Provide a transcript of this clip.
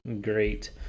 great